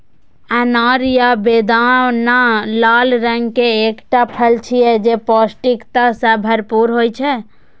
अनार या बेदाना लाल रंग के एकटा फल छियै, जे पौष्टिकता सं भरपूर होइ छै